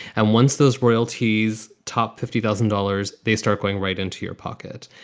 and once those royalties top fifty thousand dollars, they start going right into your pocket.